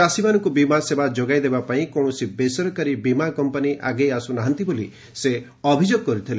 ଚାଷୀମାନଙ୍କୁ ବୀମା ସେବା ଯୋଗାଇଦେବା ପାଇଁ କୌଣସି ବେସରକାରୀ ବୀମା କମ୍ପାନି ଆଗେଇ ଆସୁନାହାନ୍ତି ବୋଲି ସେ ଅଭିଯୋଗ କରିଥିଲେ